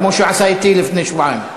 כמו שעשה אתי לפני שבועיים.